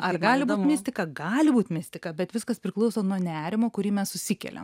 ar gali būt mistika gali būti mistika bet viskas priklauso nuo nerimo kurį mes susikeliam